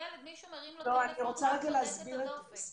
כשמישהו מרים לילד טלפון, הוא יכול לחוש את הדופק.